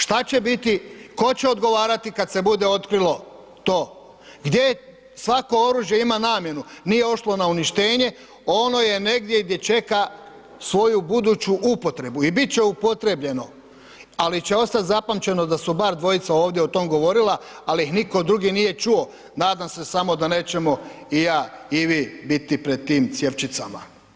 Šta će biti, tko će odgovarati kad se bude otkrilo to, gdje je, svako oružje ima namjenu, nije ošlo na uništenje, ono je negdje gdje čeka svoju buduću upotrebu i bit će upotrebljeno, ali će ostat zapamćeno da su bar dvojica ovdje o tom govorila, al ih nitko drugi nije čuo, nadam se samo da nećemo i ja i vi biti pred tim cjevčicama.